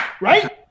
Right